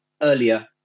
earlier